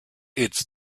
its